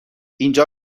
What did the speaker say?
اینجا